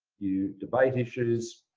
you debate issues.